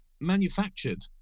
manufactured